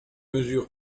mesure